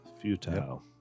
Futile